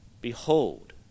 Behold